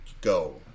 go